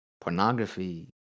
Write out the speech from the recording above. Pornography